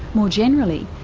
more generally,